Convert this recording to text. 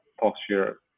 posture